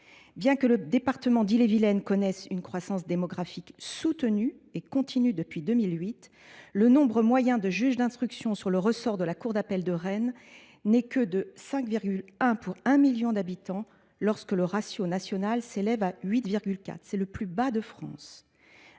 Bien que le département d’Ille-et-Vilaine connaisse une croissance démographique soutenue et continue depuis 2008, le nombre moyen de juges d’instruction dans le ressort de la cour d’appel de Rennes n’est que de 5,1 pour 1 million d’habitants, quand le ratio national s’élève à 8,4. C’est le plus bas de France…